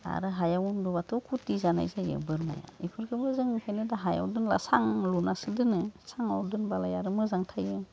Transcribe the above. आरो हायाव उन्दुबाथ' खथि जानाय जायो बोरमाया इफोरखोबो जों इखाइनो हायाव दोनला सां लुनासो दोनो सांआव दोनबालाय आरो मोजां थायो